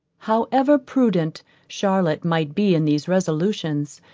however prudent charlotte might be in these resolutions,